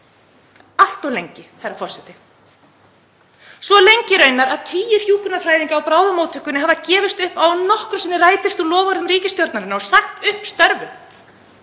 Allt of lengi, herra forseti. Svo lengi raunar að tugir hjúkrunarfræðinga á bráðamóttökunni hafa gefið upp vonina um að nokkru sinni rætist úr loforðum ríkisstjórnarinnar, og sagt upp störfum.